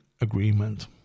agreement